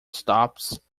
stops